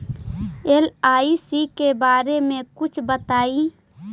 LIC के बारे मे कुछ बताई?